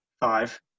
Five